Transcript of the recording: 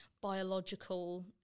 biological